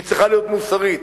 היא צריכה להיות מוסרית.